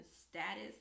status